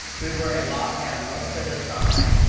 we were in lock-down most of the time.